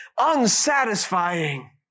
unsatisfying